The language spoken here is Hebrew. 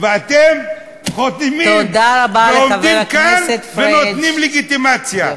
ואתם חותמים ועומדים כאן ונותנים לגיטימציה.